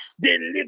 deliver